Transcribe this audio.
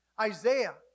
Isaiah